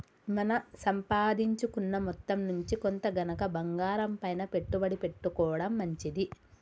మన సంపాదించుకున్న మొత్తం నుంచి కొంత గనక బంగారంపైన పెట్టుబడి పెట్టుకోడం మంచిది